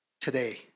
today